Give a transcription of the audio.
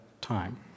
time